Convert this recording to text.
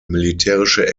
militärische